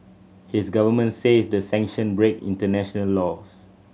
his government says the sanction break international laws